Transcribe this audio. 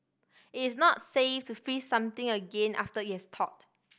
it is not safe to freeze something again after it has thawed